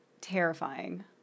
terrifying